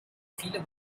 viele